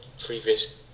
previous